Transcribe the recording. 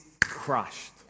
crushed